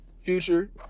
future